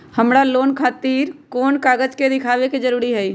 हमरा लोन खतिर कोन कागज दिखावे के जरूरी हई?